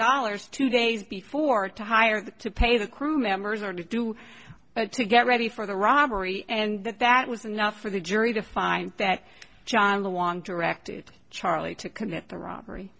dollars two days before to hire to pay the crew members or to do it to get ready for the robbery and that that was enough for the jury to find that john long directed charlie to commit the robbery